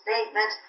statement